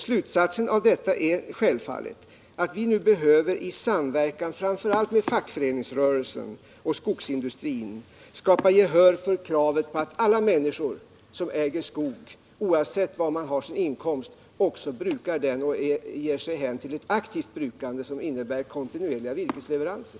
Slutsatsen av detta är självfallet att vi nu i samverkan framför allt med fackföreningsrörelsen och skogsindustrin behöver skapa gehör för kravet på att alla människor som äger skog, oavsett var de har sin inkomst, också brukar den på ett aktivt sätt som innebär kontinuerliga virkesleveranser.